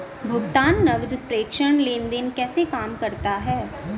भुगतान नकद प्रेषण लेनदेन कैसे काम करता है?